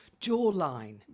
jawline